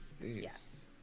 Yes